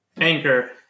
Anchor